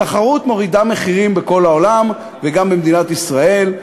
תחרות מורידה מחירים בכל העולם, וגם במדינת ישראל,